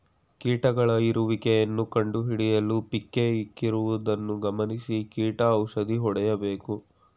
ಕೀಟಗಳ ಇರುವಿಕೆಯನ್ನು ಕಂಡುಹಿಡಿಯಲು ಪಿಕ್ಕೇ ಇಕ್ಕಿರುವುದನ್ನು ಗಮನಿಸಿ ಕೀಟ ಔಷಧಿ ಹೊಡೆಯಬೇಕು